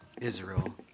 Israel